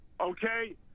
okay